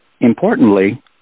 importantly